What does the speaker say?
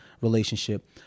relationship